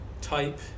type